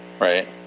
Right